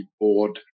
board